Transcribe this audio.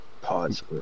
Pause